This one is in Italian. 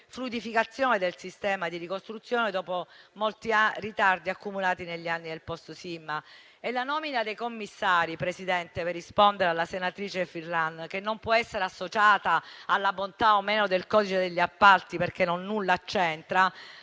fluidificazione del sistema di ricostruzione dopo molti ritardi accumulati negli anni nel post sisma. La nomina dei commissari, signor Presidente - per rispondere alla senatrice Furlan - non può essere associata alla bontà o meno del codice degli appalti, perché nulla c'entra,